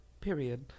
Period